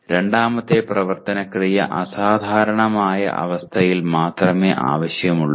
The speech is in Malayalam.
രണ്ടാമത്തെ പ്രവർത്തന ക്രിയ അസാധാരണമായ അവസ്ഥയിൽ മാത്രമേ ആവശ്യമുള്ളൂ